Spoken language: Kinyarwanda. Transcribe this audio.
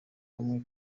bamwe